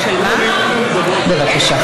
בבקשה.